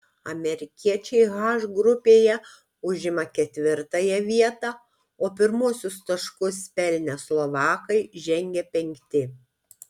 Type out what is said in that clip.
amerikiečiai h grupėje užima ketvirtąją vietą o pirmuosius taškus pelnę slovakai žengia penkti